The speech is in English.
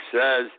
says